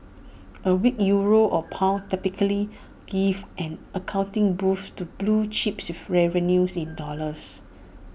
A weak euro or pound typically give an accounting boost to blue chips with revenues in dollars